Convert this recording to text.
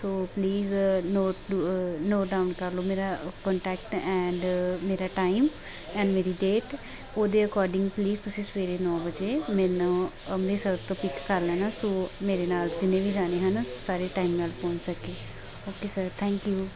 so please note ਡ note down ਕਰ ਲਓ ਮੇਰਾ ਕੋਂਟੈਕਟ ਐਂਡ ਮੇਰਾ ਟਾਈਮ ਐਂਡ ਮੇਰੀ ਡੇਟ ਉਹਦੇ ਅਕੋਡਿੰਗ ਪਲੀਜ਼ ਤੁਸੀਂ ਸਵੇਰੇ ਨੌ ਵਜੇ ਮੈਨੂੰ ਅੰਮ੍ਰਿਤਸਰ ਤੋਂ ਪਿਕ ਕਰ ਲੈਣਾ ਸੋ ਮੇਰੇ ਨਾਲ ਜਿੰਨੇ ਵੀ ਜਾਣੇ ਹੈ ਨਾ ਸਾਰੇ ਟਾਈਮ ਨਾਲ ਪਹੁੰਚ ਸਕੇ ਓਕੇ ਸਰ ਥੈਂਕ ਯੂ